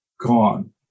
gone